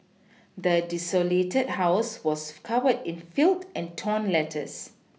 the desolated house was covered in felled and torn letters